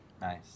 nice